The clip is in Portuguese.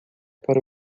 para